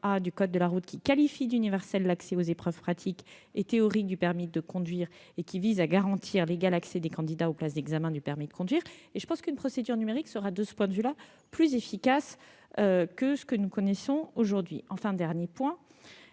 du code de la route, qui qualifie d'universel l'accès aux épreuves pratiques et théoriques du permis de conduire et qui vise à garantir l'égal accès des candidats aux places d'examen du permis de conduire. De ce point de vue, une procédure numérique sera plus efficace que ce que nous connaissons aujourd'hui. Enfin, vous